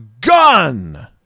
gun